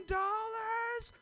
dollars